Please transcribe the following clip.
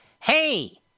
hey